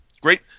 Great